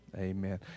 Amen